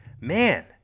Man